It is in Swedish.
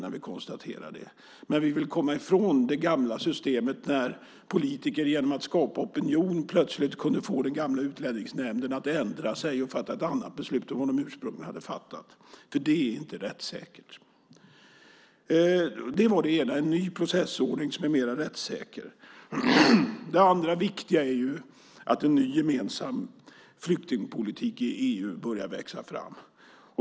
Så var det när vi ville komma från det gamla systemet där politiker genom att skapa opinion plötsligt kunde få den gamla Utlänningsnämnden att ändra sig och fatta ett annat beslut än det ursprungliga. Det var inte rättssäkert. Det andra viktiga är att en ny gemensam flyktingpolitik i EU börjar växa fram.